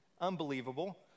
unbelievable